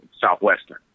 Southwestern